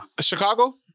Chicago